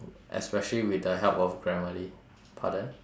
especially with the help of grammarly pardon